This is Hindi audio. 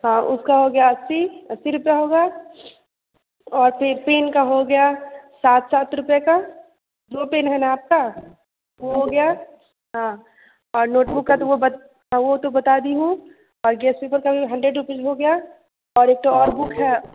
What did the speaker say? हाँ उसका हो गया अस्सी अस्सी रुपया हो गया और फिर पेन का हो गया सात सात रुपए का दो पेन है ना आपका वो हो गया हाँ और नोटबुक का तो वो बत वो तो बता दी हूँ और गैस पेपर का भी हंड्रेड रुपीज हो गया और एक ठो और बुक है